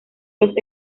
los